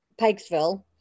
Pikesville